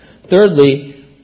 Thirdly